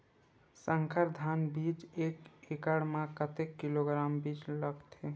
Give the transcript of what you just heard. संकर धान बीज एक एकड़ म कतेक किलोग्राम बीज लगथे?